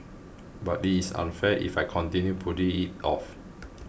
but it is unfair if I continue putting it off